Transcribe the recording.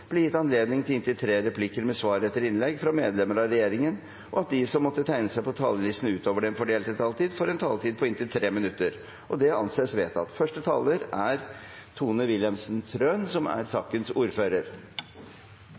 blir gitt anledning til replikkordskifte på inntil tre replikker med svar etter innlegg fra medlemmer av regjeringen, og at de som måtte tegne seg på talerlisten utover den fordelte taletid, får en taletid på inntil 3 minutter. – Det anses vedtatt.